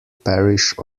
parish